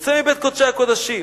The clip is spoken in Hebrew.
יוצא מבית קודשי הקודשים,